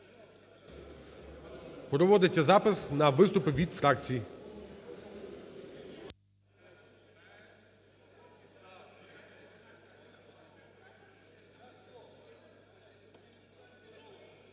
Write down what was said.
Проводиться запис на виступи від фракцій.